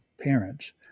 parents